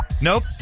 nope